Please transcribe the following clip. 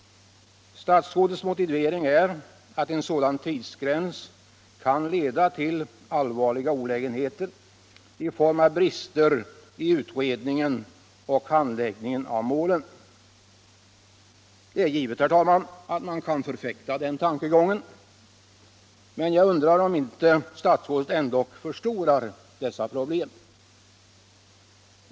Statsrådets motivering är att en sådan tidsgräns kan leda till allvarliga olägenheter i form av brister i utredningen och handläggningen av målen. Det är givet att man kan förfäkta den tankegången, men jag undrar om inte statsrådet förstorar Nr 69 dessa problem.